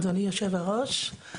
אדוני יושב הראש,